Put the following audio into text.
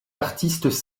artistes